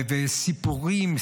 וסיפורים,